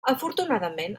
afortunadament